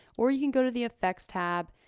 or you can go to the effects tab,